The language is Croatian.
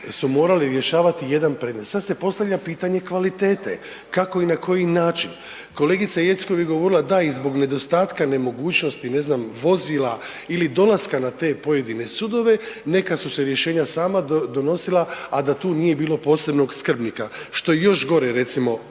su morali rješavati jedan predmet. Sad se postavlja pitanje kvalitete, kako i na koji način, kolegica Jeckov je govorila da i zbog nedostatka nemogućnosti, ne znam, vozila ili dolaska na te pojedine sudove neka su se rješenja sama donosila, a da tu nije bilo posebnog skrbnika, što je još gore recimo